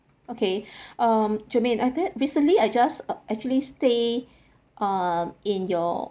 okay um germaine I get recently I just uh actually stay um in your